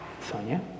Sonia